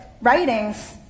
writings